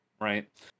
right